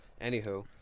Anywho